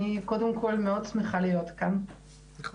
אני קודם כל מאוד שמחה להיות כאן ומאוד